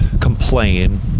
complain